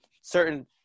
certain